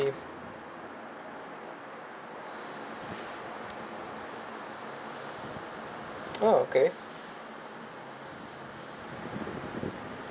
oh okay